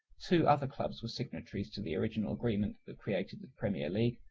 two other clubs were signatories to the original agreement that created the premier league,